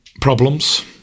problems